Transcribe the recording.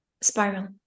spiral